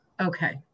Okay